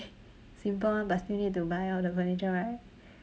simple one but still need to buy all the furniture right